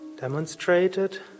demonstrated